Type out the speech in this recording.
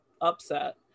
upset